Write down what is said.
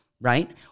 right